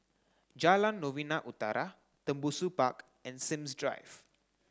Jalan Novena Utara Tembusu Park and Sims Drive